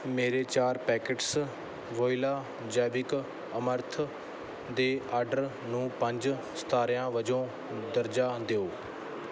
ਮੇਰੇ ਚਾਰ packets Voila ਜੈਵਿਕ ਅਮਰੰਥ ਦੇ ਆਰਡਰ ਨੂੰ ਪੰਜ ਸਿਤਾਰਿਆਂ ਵਜੋਂ ਦਰਜਾ ਦਿਓ